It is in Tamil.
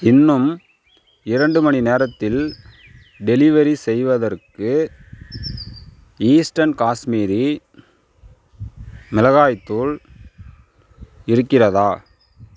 இன்னும் இரண்டு மணி நேரத்தில் டெலிவரி செய்வதற்கு ஈஸ்டர்ன் காஷ்மீரி மிளகாய்த்தூள் இருக்கிறதா